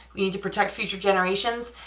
need to protect future generations,